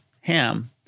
ham